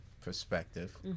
perspective